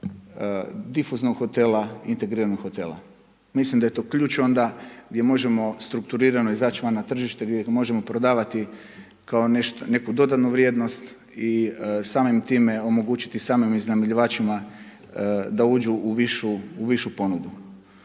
difuznog hotela, integriranog hotela. Mislim da je to ključ onda gdje možemo strukturirano izaći van na tržište gdje ih možemo prodavati kao neku dodanu vrijednost i samim time omogućiti samim iznajmljivačima da uđu u višu ponudu.